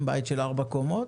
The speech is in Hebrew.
בית של ארבע קומות,